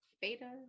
beta